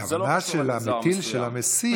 הכוונה של מטיל המיסים,